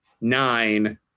nine